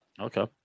Okay